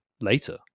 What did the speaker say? later